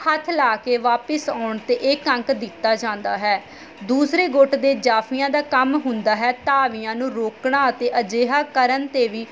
ਹੱਥ ਲਾ ਕੇ ਵਾਪਿਸ ਆਉਣ 'ਤੇ ਇੱਕ ਅੰਕ ਦਿੱਤਾ ਜਾਂਦਾ ਹੈ ਦੂਸਰੇ ਗੁੱਟ ਦੇ ਜਾਫੀਆਂ ਦਾ ਕੰਮ ਹੁੰਦਾ ਹੈ ਧਾਵੀਆਂ ਨੂੰ ਰੋਕਣਾ ਅਤੇ ਅਜਿਹਾ ਕਰਨ 'ਤੇ ਵੀ